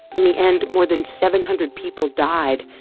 in the end, more than seven hundred people died.